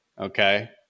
Okay